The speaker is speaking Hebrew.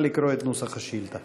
נא לקרוא את נוסח השאילתה.